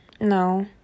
no